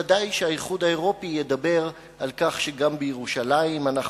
ודאי שהאיחוד האירופי ידבר על כך שגם בירושלים אנחנו